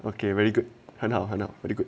okay very good 很好喝 now what you got